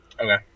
Okay